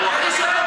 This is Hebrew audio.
קצת הגינות.